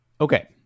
Okay